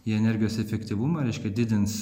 į energijos efektyvumą reiškia didins